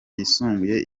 yisumbuye